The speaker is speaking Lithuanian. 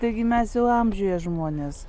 taigi mes jau amžiuje žmonės